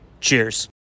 Cheers